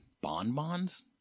bonbons